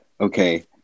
okay